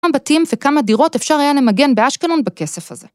‫כמה בתים וכמה דירות אפשר היה ‫למגן באשקלון בכסף הזה.